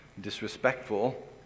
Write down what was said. disrespectful